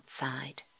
outside